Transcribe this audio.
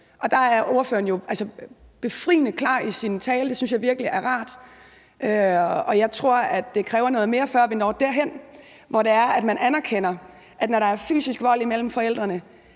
Der er ordføreren jo befriende klar i sin tale. Det synes jeg virkelig er rart. Jeg tror, at det kræver noget mere, før vi når derhen, hvor man anerkender, at når der er fysisk vold imellem forældrene,